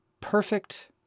perfect